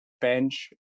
bench